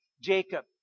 Jacob